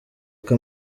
uko